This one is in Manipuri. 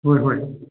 ꯍꯣꯏ ꯍꯣꯏ